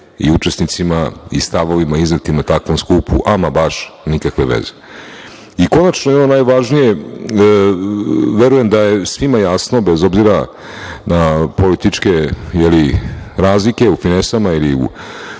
i učesnicima i stavovima iznetim na takvom skupu, a ma baš nikakve veze.I, konačno, ono najvažnije, verujem da je svima jasno bez obzira na političke razlike u finesama ili u